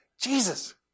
Jesus